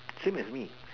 same as me